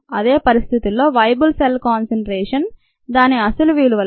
అదే పరిస్థితుల్లో "viable cell concentration" దాని అసలు విలువలో 0